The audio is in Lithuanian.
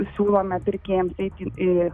siūlome pirkėjams eiti į